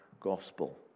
gospel